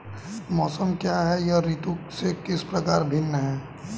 मौसम क्या है यह ऋतु से किस प्रकार भिन्न है?